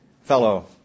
fellow